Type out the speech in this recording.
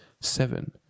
seven